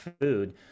food